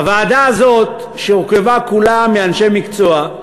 הוועדה הזאת, שהורכבה כולה מאנשי מקצוע,